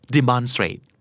Demonstrate